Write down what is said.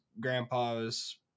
grandpa's